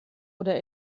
oder